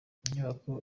inyubako